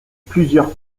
plusieurs